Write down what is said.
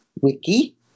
wiki